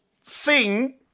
sing